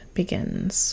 begins